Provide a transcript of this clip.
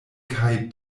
kaj